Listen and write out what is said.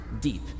Deep